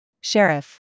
Sheriff